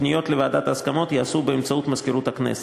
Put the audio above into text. הפניות לוועדת ההסכמות ייעשו באמצעות מזכירות הכנסת.